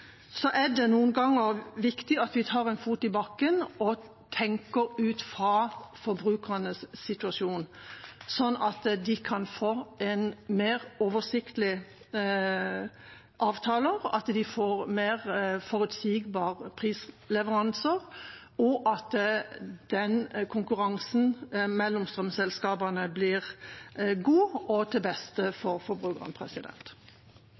er det noen ganger viktig at vi tar en fot i bakken og tenker ut fra forbrukernes situasjon, sånn at de kan få mer oversiktlige avtaler, at de får mer forutsigbare prisleveranser, og at konkurransen mellom strømselskapene blir god og til beste